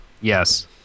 Yes